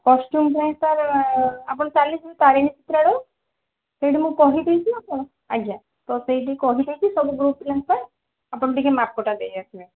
ଆଉ କଷ୍ଟ୍ୟୁମ୍ ପାଇଁ ସାର୍ ଆପଣ ଚାଲିଯିବେ ତାରିଣୀ ବସ୍ତ୍ରାଳୟ ସେଇଠି ମୁଁ କହି ଦେଇଛି ଆପଣ ଆଜ୍ଞା ତ ସେଇଠି କହି ଦେଇଛି ସବୁ ଗ୍ରୁପ୍ ପିଲାଙ୍କ ପାଇଁ ଆପଣ ଟିକେ ମାପଟା ଦେଇ ଆସିବେ